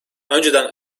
önceden